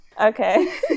Okay